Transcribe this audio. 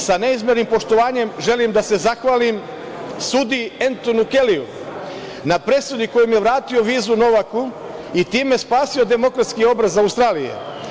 Sa neizmernim poštovanjem želim da se zahvalim sudiji Entoniju Keliju, na presudi kojom je vratio vizu Novaku i time spasio demokratski obraz Australije.